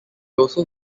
also